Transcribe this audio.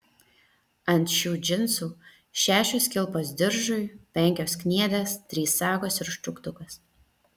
ant šių džinsų šešios kilpos diržui penkios kniedės trys sagos ir užtrauktukas